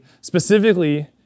specifically